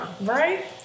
Right